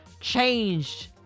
changed